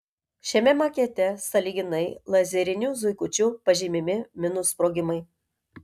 šiame makete sąlyginai lazeriniu zuikučiu pažymimi minų sprogimai